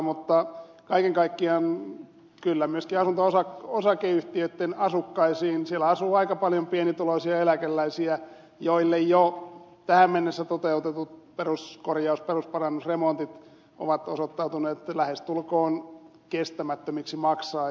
mutta kaiken kaikkiaan kyllä myöskin asunto osakeyhtiöitten asukkaina asuu aika paljon pienituloisia eläkeläisiä joille jo tähän mennessä toteutetut perusparannusremontit ovat osoittautuneet lähestulkoon kestämättömiksi maksaa